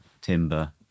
timber